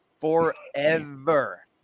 forever